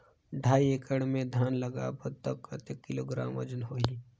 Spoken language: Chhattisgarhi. ढाई एकड़ मे धान लगाबो त कतेक किलोग्राम वजन होही?